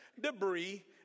debris